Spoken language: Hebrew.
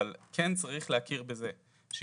אבל כן צריך להכיר בזה שהתערבות